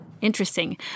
Interesting